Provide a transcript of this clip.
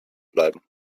bleiben